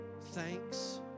Thanks